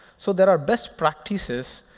so there are best practices